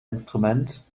instrument